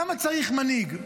למה צריך מנהיג?